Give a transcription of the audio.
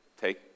take